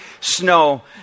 snow